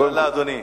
תודה לאדוני.